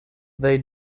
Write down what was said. they